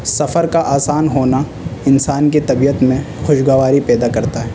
سفر کا آسان ہونا انسان کی طبیعت میں خوشگواری پیدا کرتا ہے